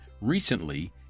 recently